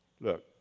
Look